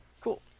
Cool